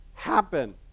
happen